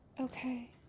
Okay